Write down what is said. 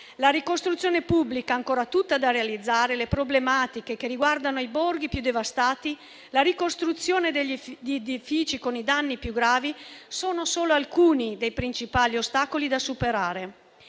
La ricostruzione pubblica, ancora tutta da realizzare, le problematiche che riguardano i borghi più devastati, la ricostruzione degli edifici con i danni più gravi sono solo alcuni dei principali ostacoli da superare.